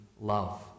love